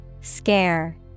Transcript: Scare